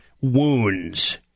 wounds